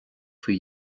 faoi